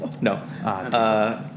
No